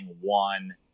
one